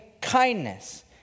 kindness